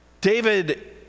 David